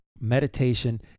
meditation